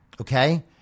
okay